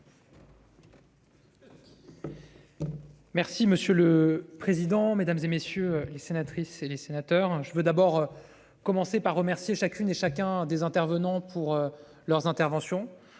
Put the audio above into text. Merci monsieur le président, Mesdames, et messieurs les sénatrices et les sénateurs je veux d'abord. Commencer par remercier chacune et chacun des intervenants pour leurs interventions